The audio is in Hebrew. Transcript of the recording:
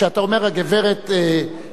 כשאתה אומר: "הגברת לבני",